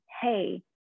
hey